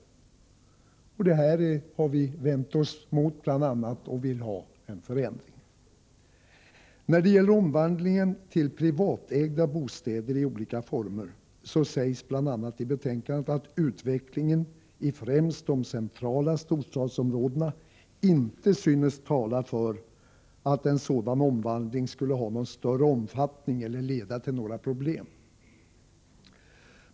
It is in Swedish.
Vi har vänt oss mot detta, och vi vill ha en förändring. När det gäller omvandlingen till privatägda bostäder i olika former sägs bl.a. i betänkandet att utvecklingen i främst de centrala storstadsområdena inte synes tala för att en sådan omvandling skulle ha någon större omfattning eller leda till några problem.